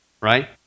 right